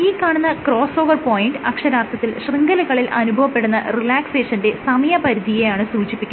ഈ കാണുന്ന cross over point അക്ഷരാർത്ഥത്തിൽ ശൃംഖലകളിൽ അനുഭവപ്പെടുന്ന റിലാക്സേഷന്റെ സമയ പരിധിയെയാണ് സൂചിപ്പിക്കുന്നത്